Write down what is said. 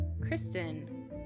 Kristen